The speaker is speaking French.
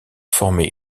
formé